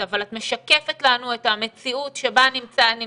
אבל את משקפת לנו את המציאות שבה נמצאים,